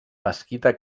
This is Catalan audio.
mesquita